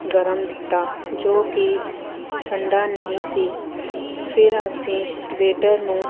ਗਰਮ ਦਿੱਤਾ ਜੋ ਕਿ ਠੰਡਾ ਨਹੀਂ ਸੀ ਫਿਰ ਅਸੀਂ ਵੇਟਰ ਨੂੰ